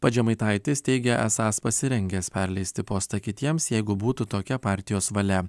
pats žemaitaitis teigia esąs pasirengęs perleisti postą kitiems jeigu būtų tokia partijos valia